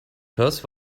perth